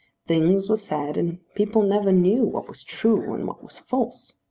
things were said and people never knew what was true and what was false.